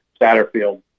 Satterfield